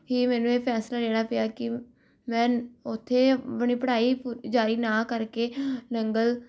ਹੀ ਮੈਨੂੰ ਇਹ ਫੈਸਲਾ ਲੈਣਾ ਪਿਆ ਕਿ ਮੈਂ ਉੱਥੇ ਆਪਣੀ ਪੜ੍ਹਾਈ ਪੂਰ ਜਾਰੀ ਨਾ ਕਰਕੇ ਨੰਗਲ